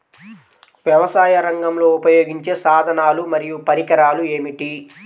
వ్యవసాయరంగంలో ఉపయోగించే సాధనాలు మరియు పరికరాలు ఏమిటీ?